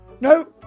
No